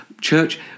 Church